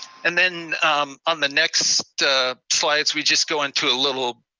and then on the next slides, we just go into a little